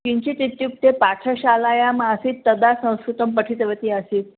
किञ्चित् इत्युक्ते पाठशालायामासीत् तदा संस्कृतं पठितवती आसीत्